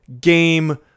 game